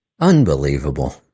Unbelievable